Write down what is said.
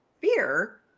fear